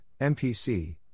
MPC